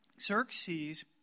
Xerxes